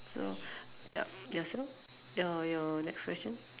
so yup yourself your your next question